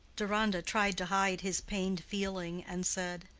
deronda tried to hide his pained feeling, and said,